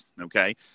okay